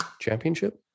Championship